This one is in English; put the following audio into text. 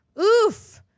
oof